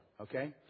Okay